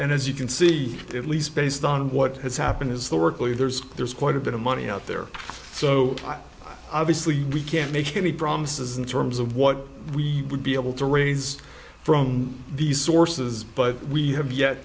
and as you can see at least based on what has happened is the rickly there's there's quite a bit of money out there so obviously we can't make any promises in terms of what we would be able to raise from these sources but we have yet